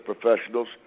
professionals